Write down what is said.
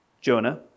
Jonah